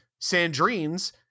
Sandrine's